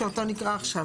שאותו נקרא עכשיו.